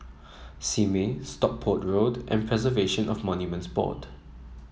Simei Stockport Road and Preservation of Monuments Board